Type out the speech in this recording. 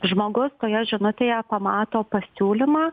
žmogus toje žinutėje pamato pasiūlymą